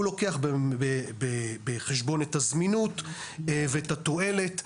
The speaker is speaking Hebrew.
הוא לוקח בחשבון את הזמינות ואת התועלת,